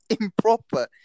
improper